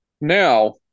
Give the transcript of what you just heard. Now